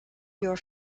your